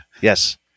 yes